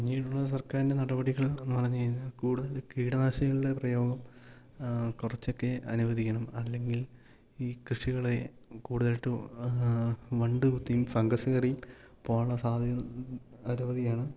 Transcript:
ഇനിയുള്ള സർക്കാരിൻ്റെ നടപടികൾ എന്ന് പറഞ്ഞ് കഴിഞ്ഞാൽ കൂടുതൽ കീടനാശിനികളുടെ പ്രയോഗം കുറച്ചൊക്കെ അനുവദിക്കണം അല്ലെങ്കിൽ ഈ കൃഷികളെ കൂടുതലായിട്ടും വണ്ട് കുത്തിയും ഫംഗസ് കയറിയും പോവാനുള്ള സാധ്യത അനവധിയാണ്